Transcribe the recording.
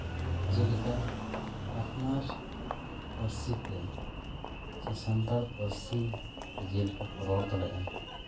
ᱡᱮᱞᱮᱠᱟ ᱟᱯᱱᱟᱨ ᱯᱟᱹᱨᱥᱤ ᱛᱮ ᱥᱮ ᱥᱟᱱᱛᱟᱲ ᱯᱟᱹᱨᱥᱤ ᱛᱮ ᱡᱮᱞᱮᱠᱟ ᱠᱚ ᱨᱚᱲ ᱫᱟᱲᱮᱭᱟᱜᱼᱟ